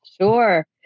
sure